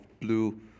blue